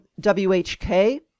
WHK